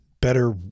better